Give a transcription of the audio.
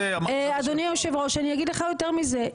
אדוני היושב ראש, אני אגיד לך יותר מזה.